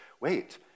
wait